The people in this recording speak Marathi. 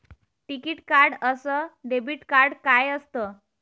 टिकीत कार्ड अस डेबिट कार्ड काय असत?